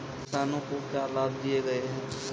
किसानों को क्या लाभ दिए गए हैं?